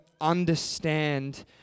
understand